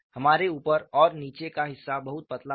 हमारे ऊपर और नीचे का हिस्सा बहुत पतला था